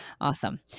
awesome